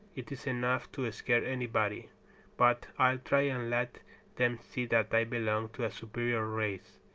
it is enough to scare anybody but i'll try and let them see that i belong to a superior race,